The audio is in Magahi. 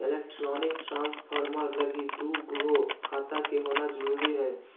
एलेक्ट्रानिक ट्रान्सफर लगी दू गो खाता के होना जरूरी हय